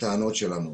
לטענות שלנו.